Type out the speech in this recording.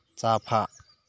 चाफा